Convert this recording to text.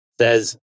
says